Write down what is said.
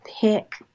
pick